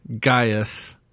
Gaius